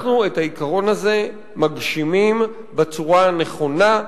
מגשימים את העיקרון הזה בצורה הנכונה,